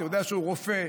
אתה יודע שהוא רופא.